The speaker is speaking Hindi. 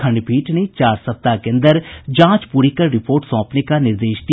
खंडपीठ ने चार सप्ताह के अन्दर जांच पूरी कर रिपोर्ट सौंपने का निर्देश दिया